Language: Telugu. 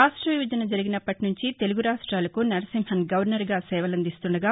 రాష్ట విభజన జరిగినప్పటినుంచి తెలుగు రాష్టాలకు నరసింహస్ గవర్నర్ గా సేవలందిస్తుండగా